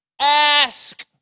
Ask